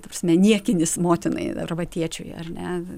ta prasme niekinis motinai arba tėčiui ar ne